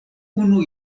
unu